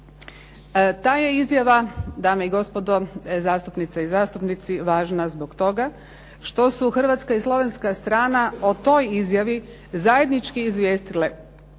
Ta je Izjava dame i gospodo zastupnice i zastupnici važna zbog toga što su hrvatska i slovenska strana o toj Izjavi zajednički izvijestile